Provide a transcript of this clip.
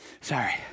Sorry